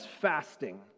fasting